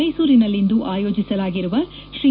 ಮೈಸೂರಿನಲ್ಲಿಂದು ಆಯೋಜಿಸಲಾಗಿರುವ ಶ್ರೀ